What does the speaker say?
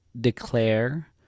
declare